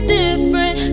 different